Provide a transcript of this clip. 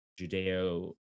judeo